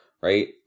right